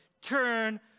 Turn